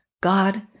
God